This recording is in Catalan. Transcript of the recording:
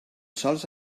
sols